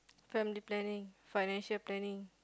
family planning financial planning